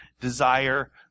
desire